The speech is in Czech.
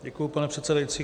Děkuji, pane předsedající.